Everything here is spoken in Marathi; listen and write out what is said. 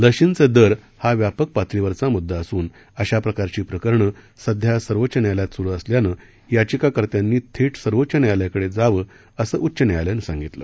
लशींचे दर हा व्यापक पातळीवरचा मुददा असून अशा प्रकारची प्रकरणं सध्या सर्वोच्च न्यायालयात सूरु असल्यानं याचिकाकर्त्यांनी थेट सर्वोच्च न्यायालयाकडे जावं असं उच्च न्यायालयानं सांगितलं